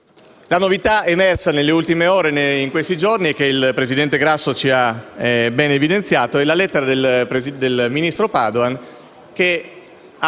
La novità emersa nelle ultime ore ed in questi giorni e che il presidente Grasso ci ha ben evidenziato, è la lettera del ministro Padoan,